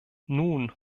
nun